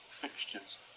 fixtures